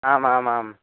आमामाम्